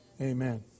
Amen